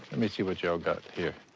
me see what y'all got here.